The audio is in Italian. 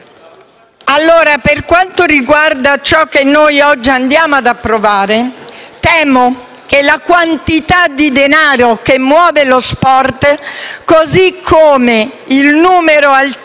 Per quanto riguarda ciò che oggi andiamo ad approvare, temo che la quantità di denaro che muove lo sport, così come il numero altissimo